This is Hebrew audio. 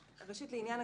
מוטי אדרי מכיר את